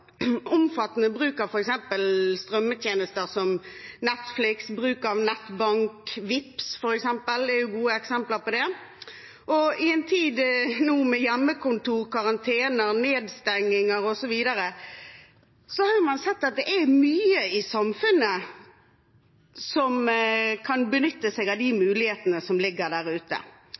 Omfattende bruk av strømmetjenester som Netflix og bruk av nettbank og Vipps, f.eks., er gode eksempler på det, og i en tid nå med hjemmekontor, karantene, nedstengninger osv. har man sett at det er mye i samfunnet som kan benytte seg av de mulighetene som ligger der ute.